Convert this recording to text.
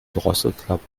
drosselklappe